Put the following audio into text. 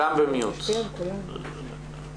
אחריו סטלה וינשטיין חברת מועצת העיר